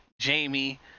jamie